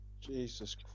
Jesus